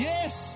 Yes